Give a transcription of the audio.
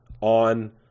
on